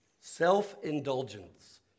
Self-indulgence